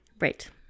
Right